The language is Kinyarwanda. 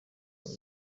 wawe